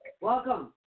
Welcome